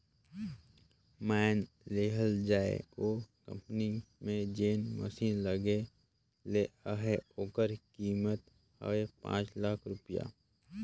माएन लेहल जाए ओ कंपनी में जेन मसीन लगे ले अहे ओकर कीमेत हवे पाच लाख रूपिया